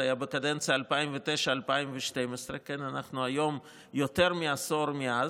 זה היה בקדנציה של 2009 2012. אנחנו היום יותר מעשור מאז,